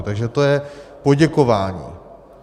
Takže to je poděkování.